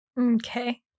Okay